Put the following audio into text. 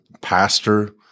pastor